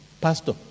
pastor